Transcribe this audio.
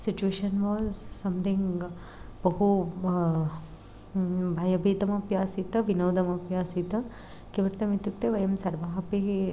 situation was something बहु ब भयभीतम् अपि आसीत् विनोदमपि आसीत् किमर्थम् इत्युक्ते वयं सर्वापि